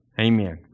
Amen